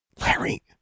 Larry